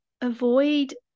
Avoid